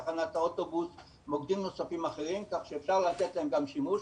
תחנת אוטובוס ומוקדים נוספים אחרים כך שאפשר לתת להם גם שימוש,